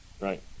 right